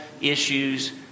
issues